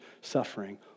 suffering